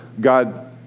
God